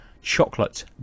chocolate